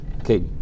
Okay